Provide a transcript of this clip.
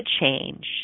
change